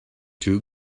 two